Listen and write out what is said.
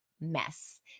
mess